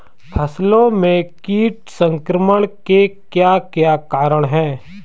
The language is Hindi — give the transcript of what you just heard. फसलों में कीट संक्रमण के क्या क्या कारण है?